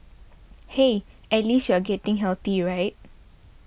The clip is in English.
hey at least you are getting healthy right